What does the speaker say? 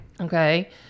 okay